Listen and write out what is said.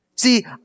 See